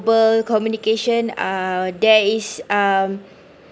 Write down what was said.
~bal communication uh there is um